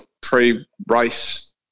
pre-race